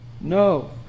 No